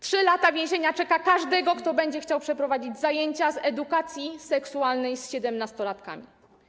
3 lata więzienia czeka każdego, kto będzie chciał przeprowadzić zajęcia z edukacji seksualnej z siedemnastolatkami.